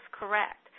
correct